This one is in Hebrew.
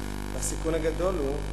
והסיכון הגדול הוא,